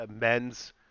men's